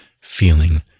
feeling